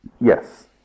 Yes